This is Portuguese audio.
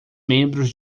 membros